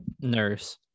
nurse